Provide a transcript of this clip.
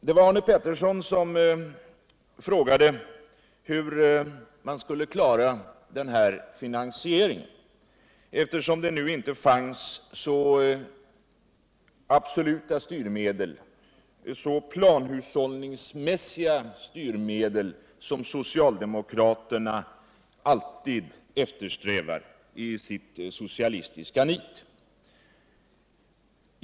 Det var Arne Pettersson som frågade hur man skulle klara finansieringen, eftersom det nu inte finns så absoluta styrmedel — så planhushållningsmässiga styrmedel — som socialdemokraterna i sitt socialistiska nit alltid eftersträvar.